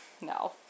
no